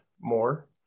more